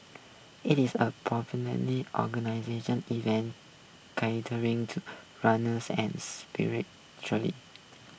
it is a organization event to runners and spirit